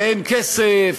ואין כסף,